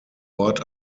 ort